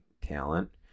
talent